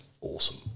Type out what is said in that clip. awesome